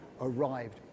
arrived